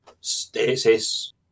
stasis